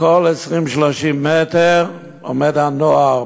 בכל 20 או 30 מטר עומד הנוער,